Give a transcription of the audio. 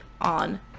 on